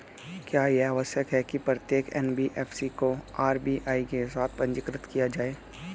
क्या यह आवश्यक है कि प्रत्येक एन.बी.एफ.सी को आर.बी.आई के साथ पंजीकृत किया जाए?